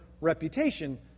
reputation